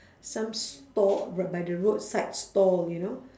some store r~ by the roadside store you know